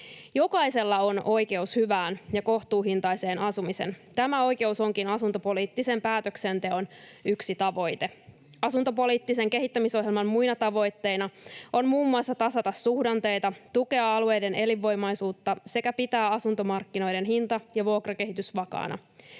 Jokaisella on oikeus hyvään ja kohtuuhintaiseen asumiseen. Tämä oikeus onkin asuntopoliittisen päätöksenteon yksi tavoite. Asuntopoliittisen kehittämisohjelman muina tavoitteina on muun muassa tasata suhdanteita, tukea alueiden elinvoimaisuutta sekä pitää asuntomarkkinoiden hinta- ja vuokrakehitys vakaana.